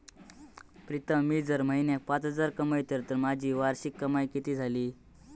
प्रीतम मी जर म्हयन्याक पाच हजार कमयतय तर माझी वार्षिक कमाय कितकी जाली?